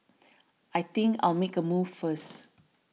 I think I'll make a move first